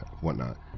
whatnot